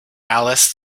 alice